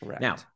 Now